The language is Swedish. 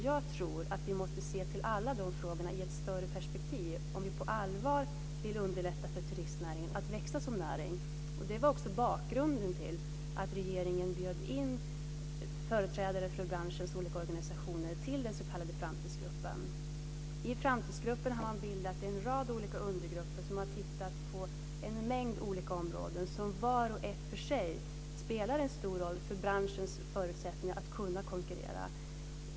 Jag tror att vi måste se till alla de frågorna i ett större perspektiv om vi på allvar vill underlätta för turistnäringen att växa som näring. Det var också bakgrunden till att regeringen bjöd in företrädare för branschens olika organisationer till den s.k. Framtidsgruppen. I Framtidsgruppen har man bildat en rad olika undergrupper som har tittat närmare på en mängd olika områden som vart och ett för sig spelar en stor roll för branschens förutsättningar att kunna konkurrera.